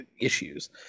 issues